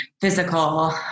physical